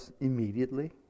immediately